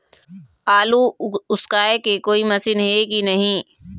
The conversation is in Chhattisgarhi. आलू उसकाय के कोई मशीन हे कि नी?